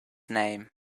name